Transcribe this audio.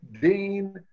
Dean